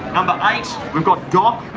number eight, we've got doc.